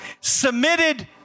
submitted